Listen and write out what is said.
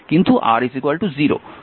কিন্তু R 0